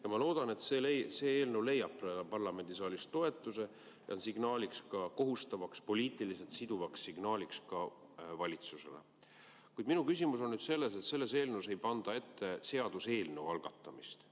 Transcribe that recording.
Ma loodan, et see eelnõu leiab ka parlamendisaalis toetuse ning on kohustavaks, poliitiliselt siduvaks signaaliks valitsusele. Kuid minu küsimus on selle kohta, et selles eelnõus ei panda ette seaduseelnõu algatamist.